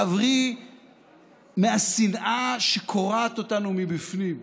להבריא מהשנאה שקורעת אותנו מבפנים.